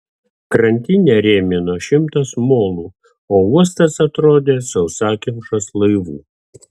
krantinę rėmino šimtas molų o uostas atrodė sausakimšas laivų